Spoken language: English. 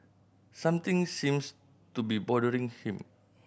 something seems to be bothering him